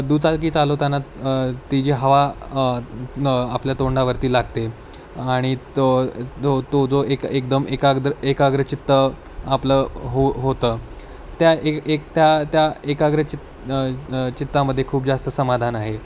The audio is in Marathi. दुचाकी चालवताना ती जी हवा आपल्या तोंडावरती लागते आणि तो तो तो जो एक एकदम एकाद्र एकाग्रचित्त आपलं हो होतं त्या एक एक त्या त्या एकाग्रचित्त चित्तामध्ये खूप जास्त समाधान आहे